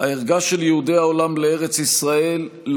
הצעות מס' 593, 608,